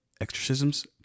Exorcisms